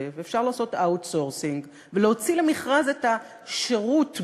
ואפשר לעשות outsourcing ולהוציא למכרז את ה"שירות",